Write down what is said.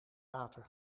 water